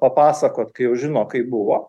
papasakot kai jau žino kaip buvo